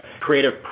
creative